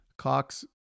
Cox